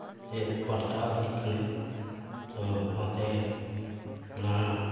ᱪᱮᱫ ᱯᱟᱞᱴᱟᱣ ᱤᱫᱤᱜ ᱠᱟᱱᱟ ᱛᱚ ᱚᱱᱟᱛᱮ ᱚᱱᱟ